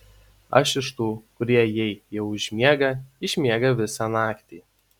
aš iš tų kurie jei jau užmiega išmiega visą naktį